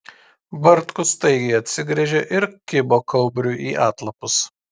bartkus staigiai atsigręžė ir kibo kaubriui į atlapus